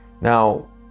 Now